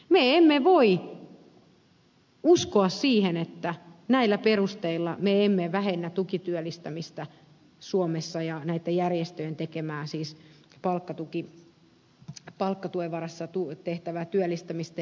me emme voi uskoa siihen että näillä perusteilla me emme vähennä tukityöllistämistä suomessa ja näiden järjestöjen tekemää siis palkkatuen varassa tehtävää työllistämistä